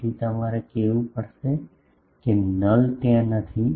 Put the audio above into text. તેથી તમારે કહેવું પડશે કે નલ ત્યાં નથી